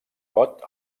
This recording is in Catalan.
got